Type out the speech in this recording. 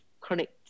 chronic